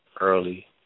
early